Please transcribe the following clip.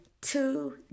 two